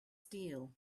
steel